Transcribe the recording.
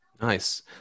Nice